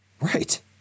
Right